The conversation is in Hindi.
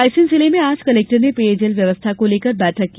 रायसेन जिले में आज कलेक्टर ने पेयजल व्यवस्था को लेकर बैठक की